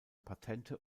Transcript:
patente